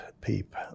PEEP